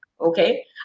okay